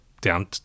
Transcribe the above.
down